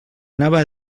anava